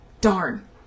darn